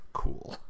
cool